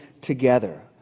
together